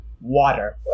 water